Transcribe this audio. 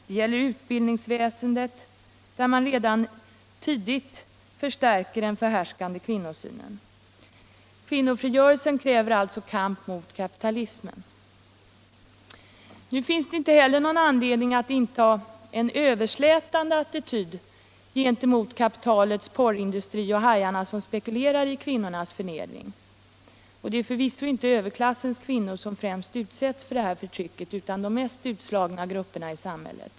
Det gäller utbildningsväsendet, där man redan tidigt förstärker den förhärskande kvinnosynen. Kvinnofrigörelsen kräver alltså kamp mot kapitalismen. Nu finns det inte heller någon anledning att inta en överslätande attityd gentemot kapitalets porrindustri och hajarna som spekulerar i kvinnornas förnedring. Och det är förvisso inte överklassens kvinnor som främst utsätts för detta förtryck utan de mest utslagna grupperna i samhället.